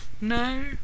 No